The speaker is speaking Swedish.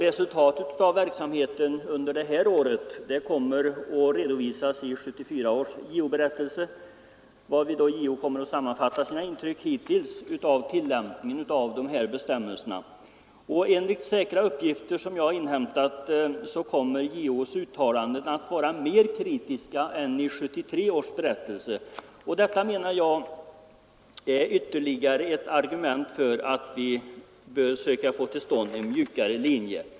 Resultatet av den verksamheten under innevarande år kommer att redovisas i 1974 års JO-berättelse, och där kommer JO att sammanfatta sina intryck hittills av tillämpningen av bestämmelserna. Enligt säkra uppgifter som jag har inhämtat kommer JO:s uttalande där att vara mera kritiska än 1973 års berättelse, och detta menar jag är ytterligare ett argument för att vi bör försöka få till stånd en mjukare linje.